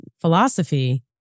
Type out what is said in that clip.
philosophy